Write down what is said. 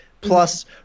plus